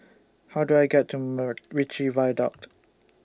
How Do I get to Macritchie Viaduct